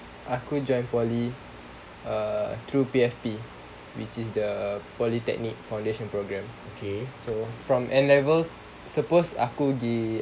aku join poly through P_F_P which is the polytechnic foundation programme so from N levels supposed aku gi